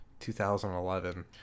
2011